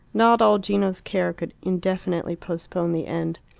not all gino's care could indefinitely postpone the end.